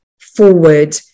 forward